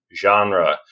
genre